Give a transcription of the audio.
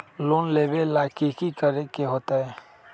Loan लेबे ला की कि करे के होतई?